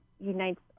unites